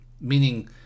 Meaning